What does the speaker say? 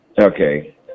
Okay